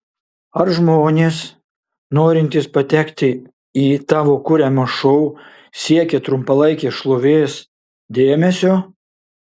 ar žmonės norintys patekti į tavo kuriamą šou siekia trumpalaikės šlovės dėmesio